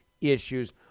issues